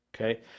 Okay